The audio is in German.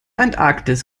antarktis